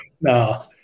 No